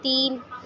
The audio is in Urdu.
تین